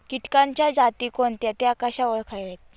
किटकांच्या जाती कोणत्या? त्या कशा ओळखाव्यात?